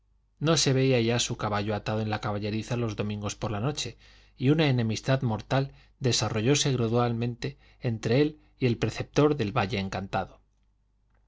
no se veía ya su caballo atado en la caballeriza los domingos por la noche y una enemistad mortal desarrollóse gradualmente entre él y el preceptor del valle encantado